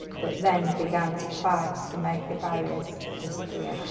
but then began to fight to make the barriers disappear.